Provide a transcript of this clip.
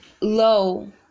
low